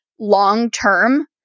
long-term